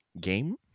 game